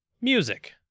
Music